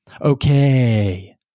Okay